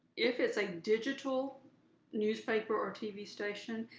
if it's a digital newspaper or tv station,